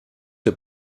der